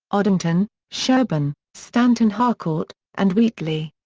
oddington, sherbourne, stanton harcourt, and wheatley.